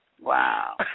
Wow